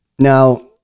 Now